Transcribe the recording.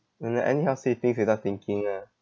when I anyhow say things without thinking ah